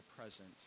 present